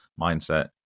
mindset